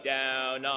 down